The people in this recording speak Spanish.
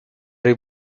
rey